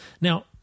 Now